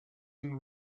and